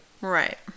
Right